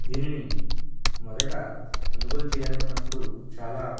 దీనిని మొదట కొనుగోలు చేయాలనుకున్నప్పుడు చాలా